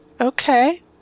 Okay